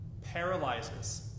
paralyzes